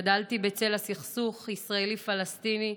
גדלתי בצל הסכסוך הישראלי פלסטיני,